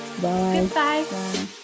Goodbye